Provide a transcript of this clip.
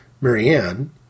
Marianne